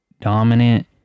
dominant